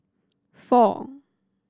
four